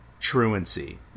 truancy